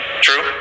True